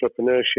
entrepreneurship